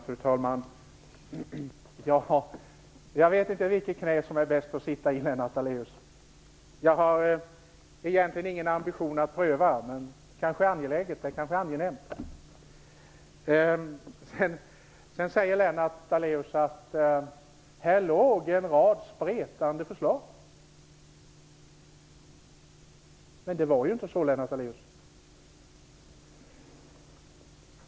Fru talman! Jag vet inte vilket knä som är bäst att sitta i, Lennart Daléus. Jag har egentligen ingen ambition att pröva, men det kanske är angeläget; det kanske är angenämt. Lennart Daléus säger att här förelåg en rad spretande förslag. Men det var ju inte så, Lennart Daléus.